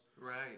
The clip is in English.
Right